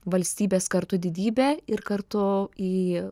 valstybės kartu didybė ir kartu į